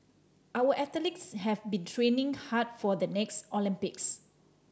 our athletes have been training hard for the next Olympics